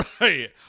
Right